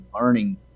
learning